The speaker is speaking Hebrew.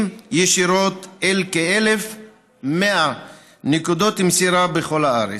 ישירות אל כ-1,100 נקודות מסירה בכל הארץ,